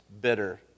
bitter